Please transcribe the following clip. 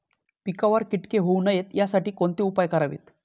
पिकावर किटके होऊ नयेत यासाठी कोणते उपाय करावेत?